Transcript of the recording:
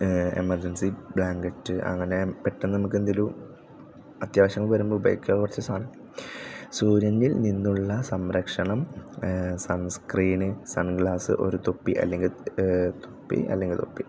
emergency blanket അങ്ങനെ പെട്ടെന്ന് നമുക്ക് എന്തെങ്കിലും അത്യാവശ്യം വരുമ്പോൾ ഉപയോഗിക്കാൻ കുറച്ച് സാധനം സൂര്യനിൽ നിന്നുള്ള സംരക്ഷണം സൺ സ്ക്രീൻ സൺ ഗ്ലാസ് ഒരു തൊപ്പി അല്ലങ്കിൽ തൊപ്പി